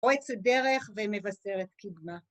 פורצת דרך ומבשרת קדמה.